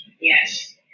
yes